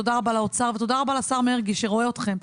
תודה רבה לאוצר ותודה רבה לשר מרגי, שרואה אתכם.